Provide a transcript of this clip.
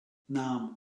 نعم